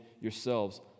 yourselves